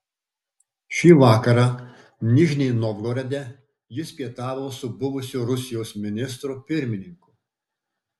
šį vakarą nižnij novgorode jis pietavo su buvusiu rusijos ministru pirmininku